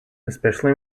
especially